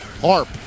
Harp